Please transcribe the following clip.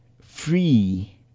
free